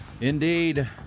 Indeed